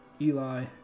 Eli